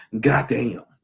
Goddamn